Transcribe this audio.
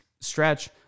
stretch